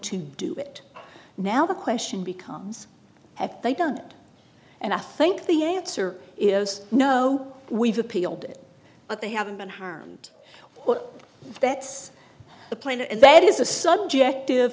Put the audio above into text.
to do it now the question becomes if they don't and i think the answer is no we've appealed it but they haven't been harmed that's the plane and that is a subject